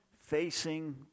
facing